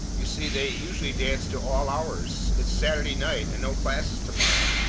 you see, they usually dance to all hours. it's saturday night, and no classes to-morrow,